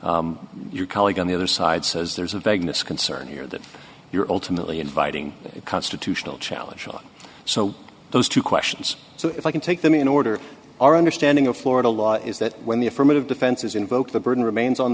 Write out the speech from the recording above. colleague on the other side says there's a vagueness concern here that you're ultimately inviting a constitutional challenge so those two questions so if i can take the in order our understanding of florida law is that when the affirmative defense is invoked the burden remains on